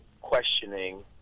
questioning